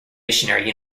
missionary